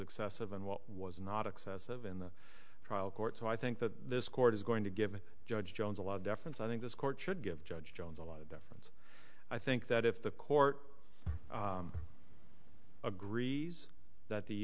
excessive and what was not excessive in the trial court so i think that this court is going to give judge jones a lot of deference i think this court should give judge jones a lot of deference i think that if the court agrees that the